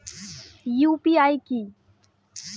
UPI কি?